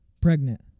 pregnant